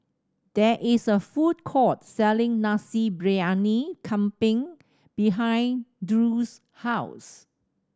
there is a food court selling Nasi Briyani Kambing behind Drew's house